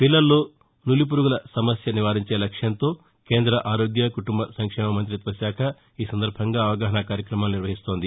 పిల్లల్లో నులిపురుగుల సమస్య నివారించే లక్ష్యంతో కేంద్ర ఆరోగ్య కుటుంబ సంక్షేమ మంతిత్వ శాఖ ఈ సందర్బంగా అవగాహన కార్యక్రమాలు నిర్వహిస్తోంది